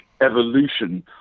evolution